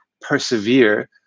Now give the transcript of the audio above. persevere